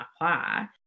apply